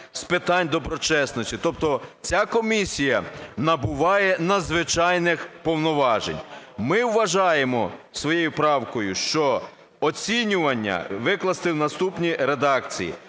з питань доброчесності. Тобто ця комісія набуває надзвичайних повноважень. Ми вважаємо своєю правкою, що оцінювання викласти в наступній редакції: